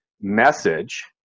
message